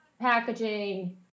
packaging